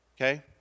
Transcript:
Okay